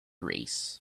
race